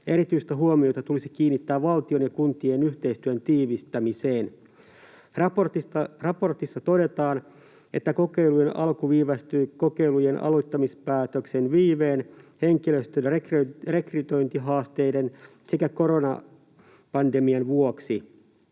erityistä huomiota tulisi kiinnittää valtion ja kuntien yhteistyön tiivistämiseen. Raportissa todetaan, että kokeilujen alku viivästyi kokeilujen aloittamispäätöksen viiveen, henkilöstön rekrytointihaasteiden sekä koronapandemian vuoksi.